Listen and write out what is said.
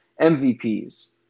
MVPs